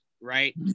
right